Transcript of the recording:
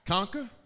Conquer